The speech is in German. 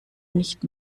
nicht